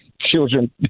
children